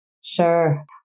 Sure